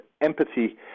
empathy